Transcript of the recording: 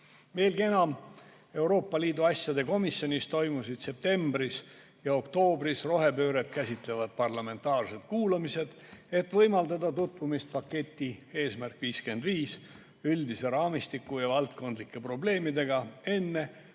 Veelgi enam, Euroopa Liidu asjade komisjonis toimusid septembris ja oktoobris rohepööret käsitlevad parlamentaarsed kuulamised, et võimaldada tutvuda paketi "Eesmärk 55" üldise raamistiku ja valdkondlike probleemidega enne